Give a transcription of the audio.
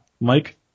Mike